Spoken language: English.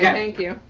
yeah thank you.